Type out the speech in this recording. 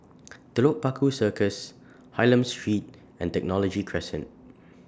Telok Paku Circus Hylam Street and Technology Crescent